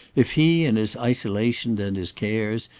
if he, in his isolation and his cares,